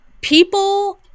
People